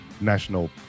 National